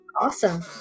Awesome